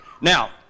Now